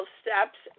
steps